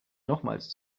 nochmals